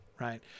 right